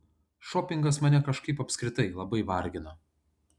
šopingas mane kažkaip apskritai labai vargina